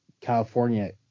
California